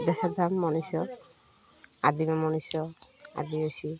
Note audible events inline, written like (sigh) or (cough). (unintelligible) ଧାମ ମଣିଷ ଆଦିିମ ମଣିଷ ଆଦିବାସୀ